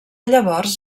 llavors